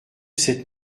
cette